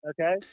okay